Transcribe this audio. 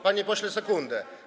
Panie pośle, sekundę.